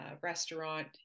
restaurant